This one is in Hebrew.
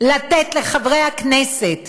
לתת לחברי הכנסת